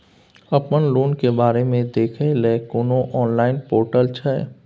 अपन लोन के बारे मे देखै लय कोनो ऑनलाइन र्पोटल छै?